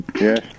Yes